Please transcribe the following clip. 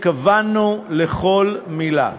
התכוונו לכל מילה.